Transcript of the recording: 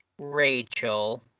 Rachel